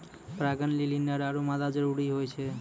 परागण लेलि नर आरु मादा जरूरी होय छै